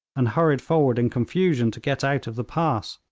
and hurried forward in confusion to get out of the pass.